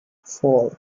four